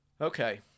Okay